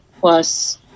plus